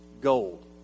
gold